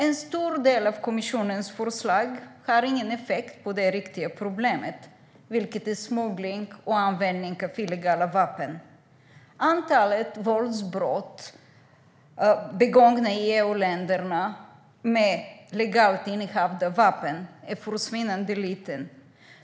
En stor del av kommissionens förslag har ingen effekt på det riktiga problemet, vilket är smuggling och användning av illegala vapen. Antalet våldsbrott begångna i EU-länderna med legalt innehavda vapen är försvinnande litet.